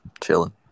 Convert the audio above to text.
chilling